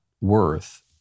worth